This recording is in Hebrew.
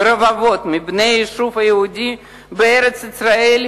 ורבבות מבני היישוב היהודי בארץ-ישראל,